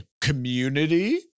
Community